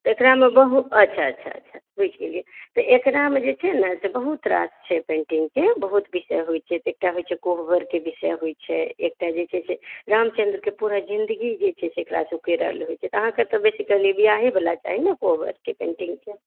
तऽ एकरामे बहुत अच्छा अच्छा अच्छा बुझि गेलियै तऽ एकरामे जे छै ने से बहुत रास छै पेन्टिङ्गकेँ बहुत विषय होइत छै तऽ एकटा होइत छै कोहबरकेँ विषय होइत छै एकटा जे छै से रामचन्द्रकेँ पूरा जिन्दगी जे छै से एकरा से उकेरल रहैत छै तऽ अहाँकेँ तऽ बेसी बिआहे बला चाही ने कोबरकेँ पेन्टिङ्ग